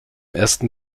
ersten